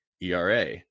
era